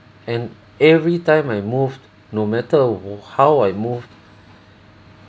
and every time I moved no matter how I move